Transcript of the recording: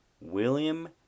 William